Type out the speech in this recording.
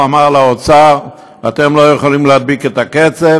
הוא אמר לאוצר: אתם לא יכולים להדביק את הקצב,